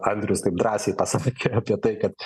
andrius taip drąsiai pasakė apie tai kad